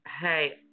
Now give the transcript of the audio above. Hey